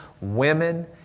women